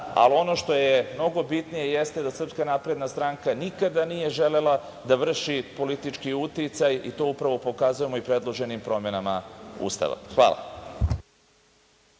Ali, ono što je mnogo bitnije, jeste da Srpska napredna stranka nikada nije želela da vrši politički uticaj i to upravo pokazujemo i predloženim promenama Ustava. Hvala.